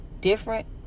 different